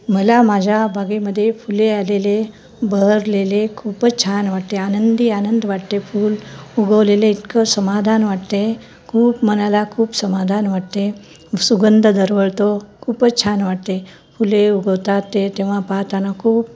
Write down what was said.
मला माझ्या बागेमध्ये फुले आलेले बहरलेले खूपच छान वाटते आनंदी आनंद वाटते फूल उगवलेले इतकं समाधान वाटते खूप मनाला खूप समाधान वाटते सुगंंध दरवळतो खूपच छान वाटते फुले उगवतात ते तेव्हा पाहाताना खूप